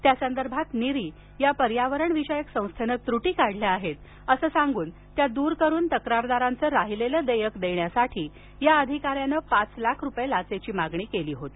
त्या संदर्भात निरी या पर्यावरण विषयक संस्थेने त्रुटी काढल्या आहेत असे सांगून त्या दूर करून तक्रारदार यांचं राहिलेलं देयक काढण्यासाठी या अधिकाऱ्यानं पाच लाख रुपये लाचेची मागणी केली होती